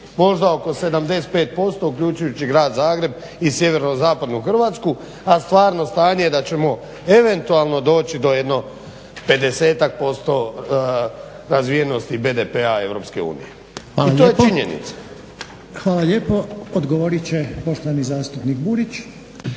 možda oko 75% uključujući Grad Zagreb i sjeverozapadnu Hrvatsku a stvarno stanje je da ćemo eventualno doći do jedno 50-ak posto razvijenosti BDP-a EU. I to je činjenica. **Reiner, Željko (HDZ)** Hvala lijepo. Odgovorit će poštovani zastupnik Burić.